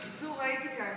בקיצור, הייתי כאן.